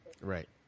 right